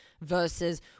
versus